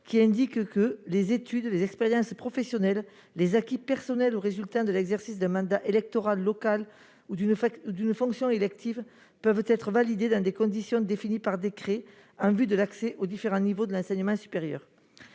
qui prévoit que « les études, les expériences professionnelles, les acquis personnels ou résultant de l'exercice d'un mandat électoral local ou d'une fonction élective peuvent être validés, dans des conditions définies par décret, en vue de l'accès aux différents niveaux de l'enseignement supérieur